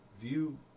view